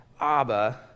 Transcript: Abba